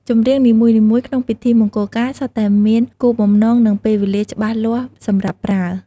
ចម្រៀងនីមួយៗក្នុងពិធីមង្គលការសុទ្ធតែមានគោលបំណង និងពេលវេលាច្បាស់លាស់សម្រាប់ប្រើ។